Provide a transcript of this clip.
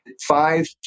Five